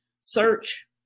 search